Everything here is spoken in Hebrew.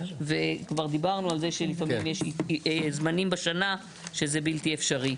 וכבר דיברנו על זה שלפעמים יש זמנים בשנה שזה בלתי אפשרי.